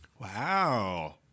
Wow